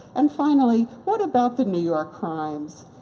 and finally, what about the new york crimes?